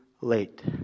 late